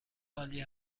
عالی